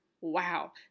Wow